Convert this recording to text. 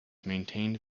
maintained